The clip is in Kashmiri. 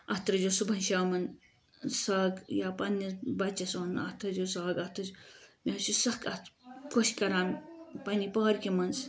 اَتھ ترٲے زیو صُبحن شامن سَگ یا پَننِس بَچس ونان اَتھ تھٲے زیو سَگ اَتھ تھٲے زیو مےٚ حظ چھُ سَکھ اَتھ خۄش کَران پارکہِ مَنٛز